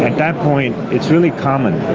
that point, it's really common,